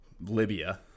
Libya